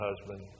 husband